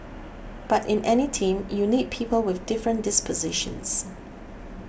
but in any team you need people with different dispositions